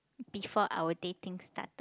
before our dating started